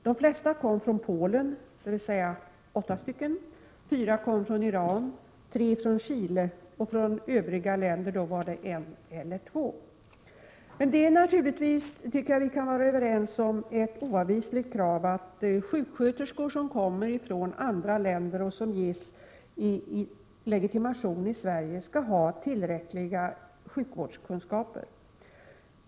De flesta, dvs. 8 personer, kom från Polen, 4 från Iran, 3 från Chile och 1 eller 2 från övriga länder. Jag tycker att vi kan vara överens om att ett oavvisligt krav bör vara att sjuksköterskor som kommer från andra länder och som ges legitimation i Sverige skall ha tillräckliga sjukvårdskunskaper.